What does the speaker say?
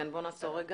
כן, נעצור רגע.